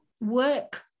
work